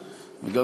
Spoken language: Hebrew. וגם,